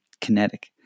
kinetic